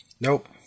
Nope